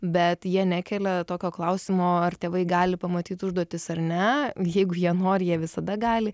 bet jie nekelia tokio klausimo ar tėvai gali pamatyti užduotis ar ne jeigu jie nori jie visada gali